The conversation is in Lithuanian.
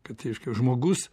kad reiškia žmogus